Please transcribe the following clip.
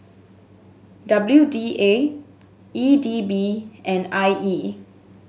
W D A E D B and I E